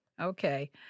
Okay